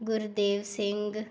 Gurdev Singh